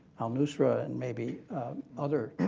al-nusra, and maybe other